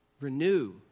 renew